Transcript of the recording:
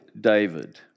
David